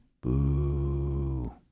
Boo